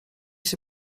się